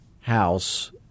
house